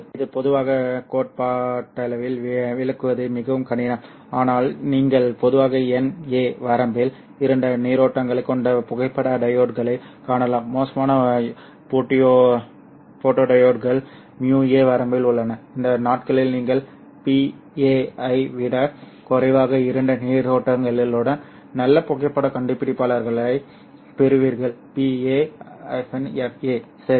எனவே இது பொதுவாக கோட்பாட்டளவில் விளக்குவது மிகவும் கடினம் ஆனால் நீங்கள் பொதுவாக nA வரம்பில் இருண்ட நீரோட்டங்களைக் கொண்ட புகைப்பட டையோட்களைக் காணலாம் மோசமான போட்டோடியோட்கள் µA வரம்பில் உள்ளன இந்த நாட்களில் நீங்கள் pA ஐ விடக் குறைவான இருண்ட நீரோட்டங்களுடன் நல்ல புகைப்படக் கண்டுபிடிப்பாளர்களைப் பெறுகிறீர்கள் pA fA சரி